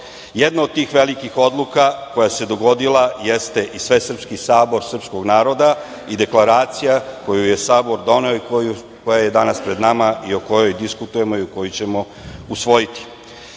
Jedna od tih velikih odluka koja se dogodila jeste i Svesrpski sabor srpskog naroda i Deklaracija koju je Sabor doneo i koja je danas pred nama i o kojoj diskutujemo i koju ćemo